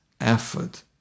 effort